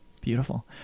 Beautiful